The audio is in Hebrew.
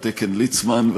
על תקן ליצמן,